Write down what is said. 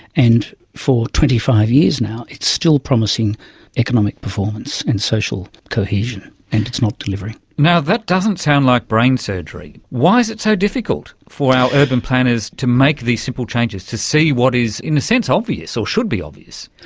and for twenty five years now it is still promising economic performance and social cohesion, and it's not delivering. now, that doesn't sound like brain surgery. why is it so difficult for our urban planners to make these simple changes, to see what is, in a sense, obvious or should be obvious?